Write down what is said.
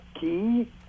key